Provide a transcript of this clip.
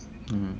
mm